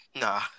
Nah